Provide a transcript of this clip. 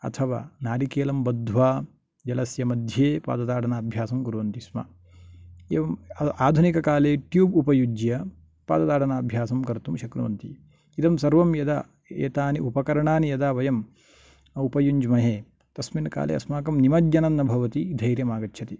अथवा नारिकेलं बद्धवा जलस्य मध्ये पादताडनाभ्यासं कुर्वन्ति स्म आधुनिककाले ट्यूब् उपयुज्य पादताडनाभ्यासं कर्तुं शक्नुवन्ति इदं सर्वं यदा एतानि उपकरणानि यदा वयम् उपयुञ्जमहे तस्मिन् काले अस्माकं निमज्जनं न भवति धैर्यम् आगच्छति